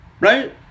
right